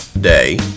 Day